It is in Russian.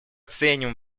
ценим